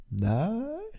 No